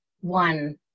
one